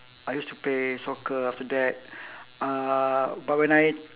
I used to play soccer after that uh but when I